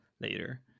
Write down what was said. later